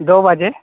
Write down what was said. دو بجے